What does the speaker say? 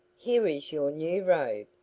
here is your new robe,